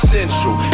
Central